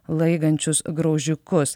laigančius graužikus